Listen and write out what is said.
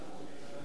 אינו נוכח